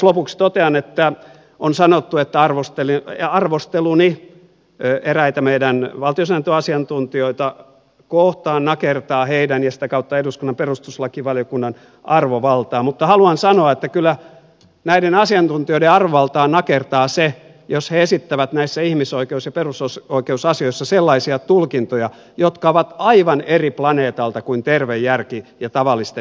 lopuksi totean että on sanottu että arvosteluni eräitä meidän valtiosääntöasiantuntijoita kohtaan nakertaa heidän ja sitä kautta eduskunnan perustuslakivaliokunnan arvovaltaa mutta haluan sanoa että kyllä näiden asiantuntijoiden arvovaltaa nakertaa se jos he esittävät näissä ihmisoikeus ja perusoikeusasioissa sellaisia tulkintoja jotka ovat aivan eri planeetalta kuin terve järki ja tavallisten ihmisten oikeustaju